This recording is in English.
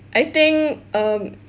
I think um